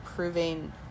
proving